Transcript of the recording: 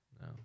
no